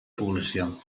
població